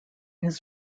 his